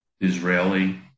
Israeli